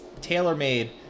tailor-made –